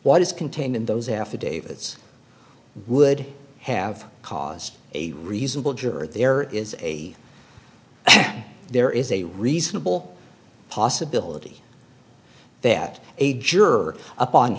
is contained in those affidavits would have caused a reasonable juror there is a there is a reasonable possibility that a juror upon